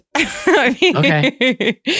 Okay